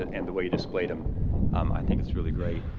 and the way you displayed them um i think is really great.